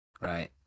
right